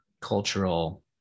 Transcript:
cultural